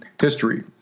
history